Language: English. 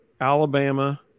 Alabama